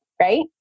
Right